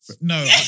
No